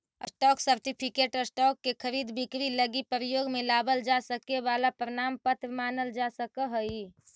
stock certificate stock के खरीद बिक्री लगी प्रयोग में लावल जा सके वाला प्रमाण पत्र मानल जा सकऽ हइ